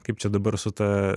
kaip čia dabar su ta